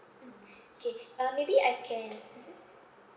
mm K uh maybe I can mmhmm